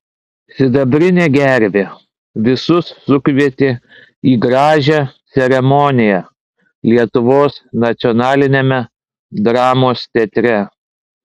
sidabrinė gervė visus sukvietė į gražią ceremoniją lietuvos nacionaliniame dramos teatre